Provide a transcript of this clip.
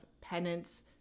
penance